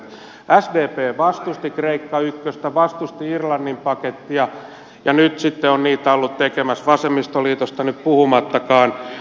sdp vastusti kreikka ykköstä vastusti irlannin pakettia ja nyt sitten on niitä ollut tekemässä vasemmistoliitosta nyt puhumattakaan